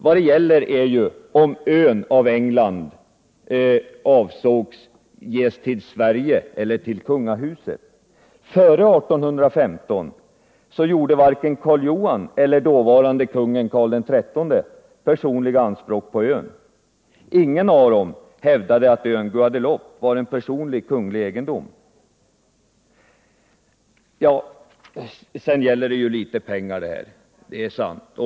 Vad det gäller är ju om England avsåg att ge ön Guadeloupe till Sverige eller till kungahuset. Före 1815 gjorde varken Karl Johan eller dåvarande kungen, Karl XIII, anspråk på ön. Ingen av dem hävdade att ön Guadeloupe var en personlig kunglig egendom. Det gäller ganska litet pengar — det är sant.